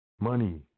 money